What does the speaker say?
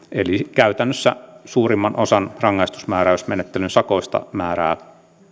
käytännössä suurimman osan rangaistusmääräysmenettelyn sakoista määrää